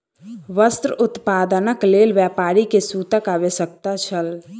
वस्त्र उत्पादनक लेल व्यापारी के सूतक आवश्यकता छल